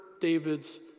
David's